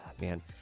Man